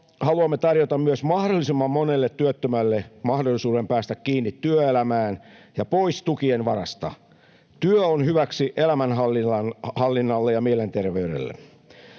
haluamme tarjota myös mahdollisimman monelle työttömälle mahdollisuuden päästä kiinni työelämään ja pois tukien varasta. Työ on hyväksi elämänhallinnalle ja mielenterveydelle.